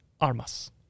Armas